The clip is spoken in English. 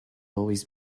always